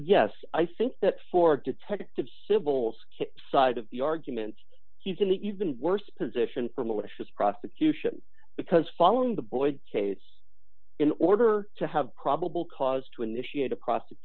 yes i think that for detectives civil side of the argument he's an even worse position for malicious prosecution because following the boyd case in order to have probable cause to initiate a pros